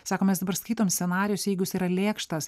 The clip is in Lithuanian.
sako mes dabar skaitom scenarijus jeigu jis yra lėkštas